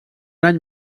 any